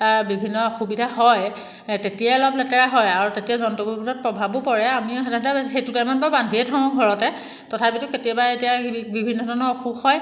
বিভিন্ন সুবিধা হয় তেতিয়া অলপ লেতেৰা হয় আৰু তেতিয়া জন্তুবোৰৰ ওপৰত প্ৰভাৱো পৰে আমি সাধাৰণতে সেইটো টাইমত বাৰু বান্ধিয়ে থওঁ ঘৰতে তথাপিতো কেতিয়াবা এতিয়া বিভিন্ন ধৰণৰ অসুখ হয়